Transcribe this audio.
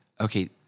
okay